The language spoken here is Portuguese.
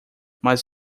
mas